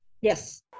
Yes